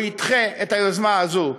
או ידחה את היוזמה הזאת.